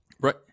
Right